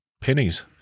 pennies